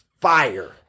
Fire